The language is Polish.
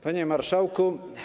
Panie Marszałku!